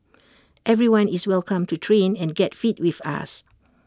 everyone is welcome to train and get fit with us